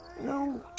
no